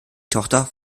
tochter